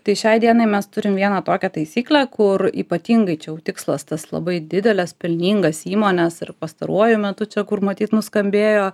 tai šiai dienai mes turim vieną tokią taisyklę kur ypatingai čia jau tikslas tas labai dideles pelningas įmones ir pastaruoju metu čia kur matyt nuskambėjo